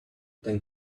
then